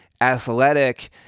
athletic